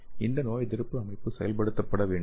இந்த நோயெதிர்ப்பு அமைப்பு செயல்படுத்தப்பட வேண்டும்